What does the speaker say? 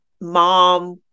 mom